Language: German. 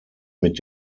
mit